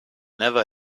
never